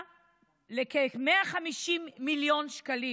לכ-150 מיליון שקלים.